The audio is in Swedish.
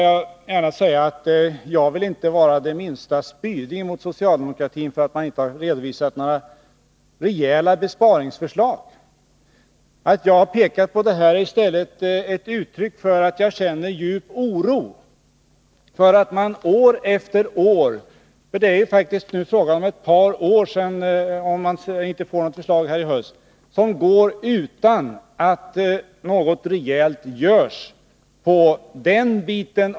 Jag vill inte, herr Gadd, vara det minsta spydig mot socialdemokraterna för att ni inte har redovisat några rejäla sparförslag. Att jag har pekat på detta är i stället ett uttryck för att jag känner djup oro för att år efter år — det är faktiskt fråga om ett par år, om vi inte får något förslag i höst — går utan att någonting rejält görs på sparsidan.